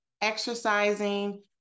exercising